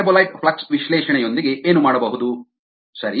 metabolite flux ವಿಶ್ಲೇಷಣೆಯೊಂದಿಗೆ ಏನು ಮಾಡಬಹುದು ಸರಿ